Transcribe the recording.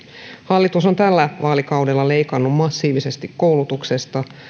hallitus on tällä vaalikaudella leikannut massiivisesti koulutuksesta